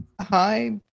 Hi